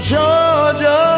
Georgia